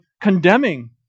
condemning